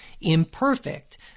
imperfect